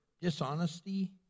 dishonesty